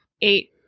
eight